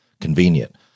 convenient